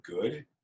good